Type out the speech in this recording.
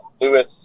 Lewis